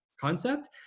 concept